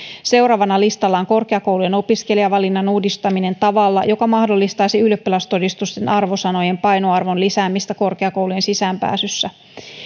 seuraavana listalla on korkeakoulujen opiskelijavalinnan uudistaminen tavalla joka mahdollistaisi ylioppilastodistusten arvosanojen painoarvon lisäämistä korkeakoulujen sisäänpääsyssä